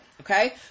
okay